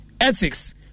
ethics